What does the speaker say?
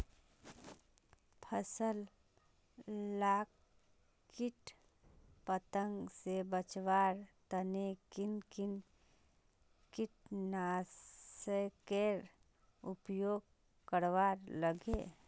फसल लाक किट पतंग से बचवार तने किन किन कीटनाशकेर उपयोग करवार लगे?